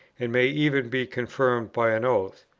and may even be confirmed by an oath.